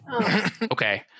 Okay